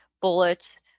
bullets